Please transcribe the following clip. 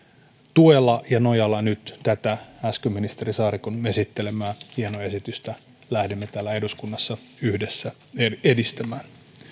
tuella ja nojalla nyt tätä äsken ministeri saarikon esittelemää hienoa esitystä lähdemme täällä eduskunnassa yhdessä edistämään